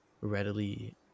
readily